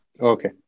Okay